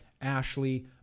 Ashley